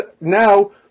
now